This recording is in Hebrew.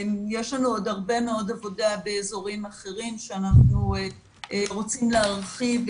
יש לנו עוד הרבה מאוד עבודה באזורים אחרים שאנחנו רוצים להרחיב,